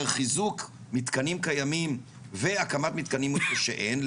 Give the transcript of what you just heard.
חיזוק מתקנים קיימים והקמת מתקנים שאין,